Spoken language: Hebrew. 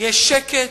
יש שקט,